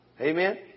Amen